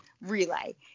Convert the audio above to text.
relay